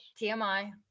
TMI